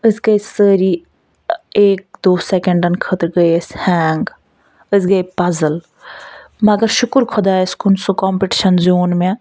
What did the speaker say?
أسۍ گٔے سٲری ٲں ایک دو سیٚکَنڈَن خٲطرٕ گٔے أسۍ ہینٛگ أسۍ گٔے پَزٕل مگر شکر خۄدایَس کُن سُہ کۄمپِٹِشَن زیٛوٗن مےٚ